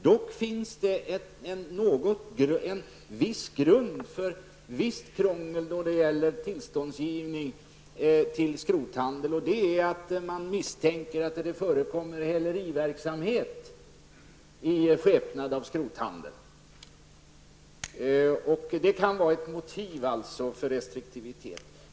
Dock finns en viss grund för visst krångel då det gäller tillståndsgivning för skrothandel, nämligen att man kan misstänka att det förekommer häleriverksamhet i skepnad av skrothandel. Detta kan alltså vara ett motiv för restriktivitet.